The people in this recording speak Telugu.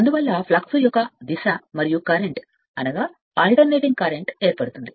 అందువల్ల ఇది ఫ్లక్స్లో ఒకటి మరియు మీరు కరెంట్ అని పిలవబడేది ఏదైనా ప్రత్యామ్నాయం ఇవ్వబడుతుంది